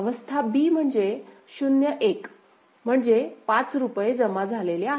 अवस्था b म्हणजे 0 1 म्हणजे पाच रुपये जमा झालेले आहेत